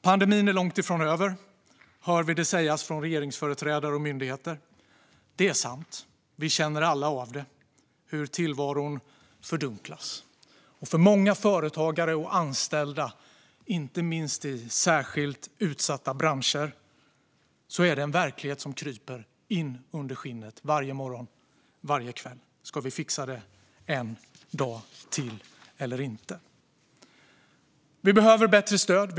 Pandemin är långt från över, hör vi det sägas från regeringsföreträdare och myndigheter. Det är sant. Vi känner alla av hur tillvaron fördunklas. För många företagare och anställda, inte minst i särskilt utsatta branscher, är det en verklighet som kryper in under skinnet varje morgon och varje kväll: Ska vi fixa det en dag till eller inte? Vi behöver bättre stöd.